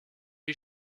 die